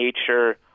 nature